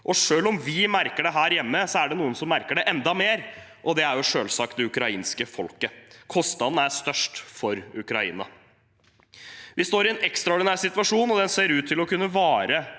Selv om vi merker det her hjemme, er det noen som merker det enda mer, og det er selvsagt det ukrainske folket. Kostnaden er størst for Ukraina. Vi står i en ekstraordinær situasjon, og den ser ut til å kunne vare